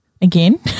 again